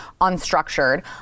unstructured